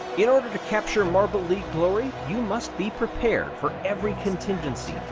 in order to capture marble league glory, you must be prepared for every contingency,